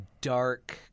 dark